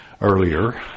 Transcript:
Earlier